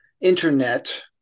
internet